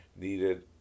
needed